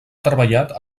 treballat